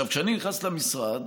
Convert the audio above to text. כשאני נכנסתי למשרד